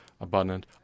abundant